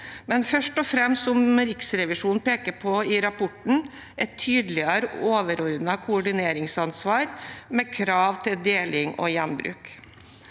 men først og fremst, som Riksrevisjonen peker på i rapporten, et tydeligere overordnet koordineringsansvar med krav til deling og gjenbruk